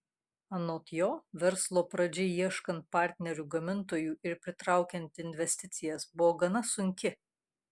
anot jo verslo pradžia ieškant partnerių gamintojų ir pritraukiant investicijas buvo gana sunki